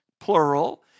plural